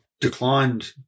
declined